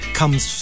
comes